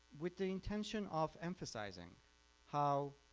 with the intention of emphasizing how,